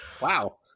Wow